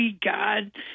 God